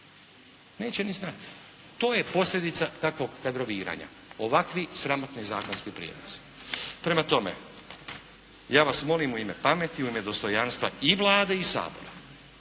Neće ni znati. To je posljedica takvog kadroviranja, ovakvi sramotni zakonski prijedlozi. Prema tome, ja vas molim u ime pameti, u ime dostojanstva i Vlade i Sabora